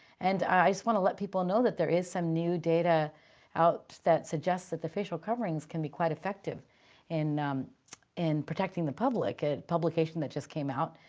and i just want to let people know that there is some new data out that suggests that the facial coverings can be quite effective in in protecting the public. a and publication that just came out.